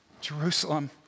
Jerusalem